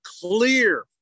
clear